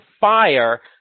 fire